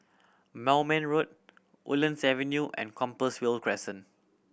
Moulmein Road Woodlands Avenue and Compassvale Crescent